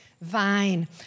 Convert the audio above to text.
vine